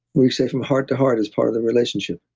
we say, from heart to heart as part of the relationship